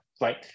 right